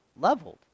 leveled